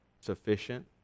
sufficient